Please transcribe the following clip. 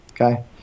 Okay